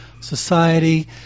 society